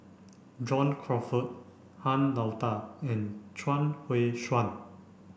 John Crawfurd Han Lao Da and Chuang Hui Tsuan